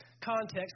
context